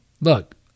Look